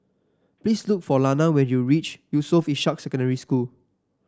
please look for Lana when you reach Yusof Ishak Secondary School